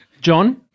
John